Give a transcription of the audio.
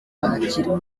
barakira